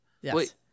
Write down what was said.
Yes